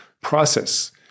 process